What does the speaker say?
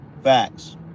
Facts